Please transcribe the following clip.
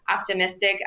optimistic